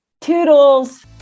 toodles